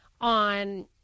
on